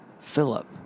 Philip